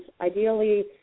ideally